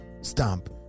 stomp